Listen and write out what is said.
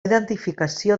identificació